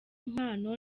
impano